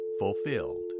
fulfilled